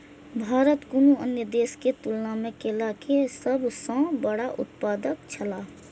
भारत कुनू अन्य देश के तुलना में केला के सब सॉ बड़ा उत्पादक छला